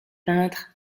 peintre